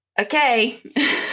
okay